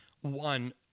one